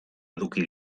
eduki